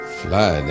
fly